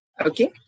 Okay